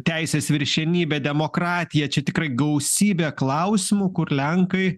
teisės viršenybė demokratija čia tikrai gausybė klausimų kur lenkai